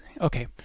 Okay